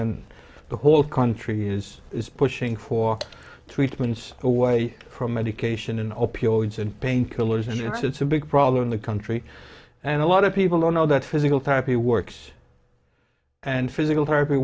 and the whole country is is pushing for treatments away from medication and opioids and painkillers and it's a big problem in the country and a lot of people don't know that physical therapy works and physical therapy